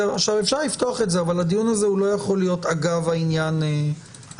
אפשר לפתוח את זה אבל הדיון הזה לא יכול להיות אגב העניין הזה.